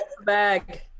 Bag